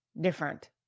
different